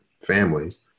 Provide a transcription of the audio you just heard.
families